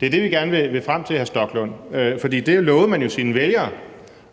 Det er det, vi gerne vil frem til, hr. Rasmus Stoklund, for det lovede man jo sine vælgere.